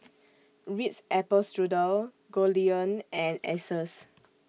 Ritz Apple Strudel Goldlion and Asus